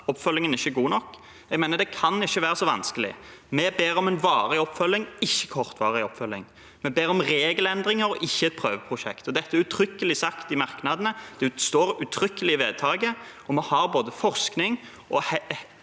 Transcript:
oppfølgingen ikke er god nok. Jeg mener det ikke kan være så vanskelig. Vi ber om en varig oppfølging, ikke om en kortvarig oppfølging. Vi ber om regelendringer, ikke om et prøveprosjekt. Dette er uttrykkelig sagt i merknadene, det står uttrykkelig i vedtaket, og vi har både forskning og